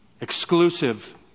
exclusive